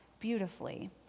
beautifully